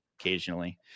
occasionally